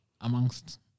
amongst